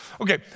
Okay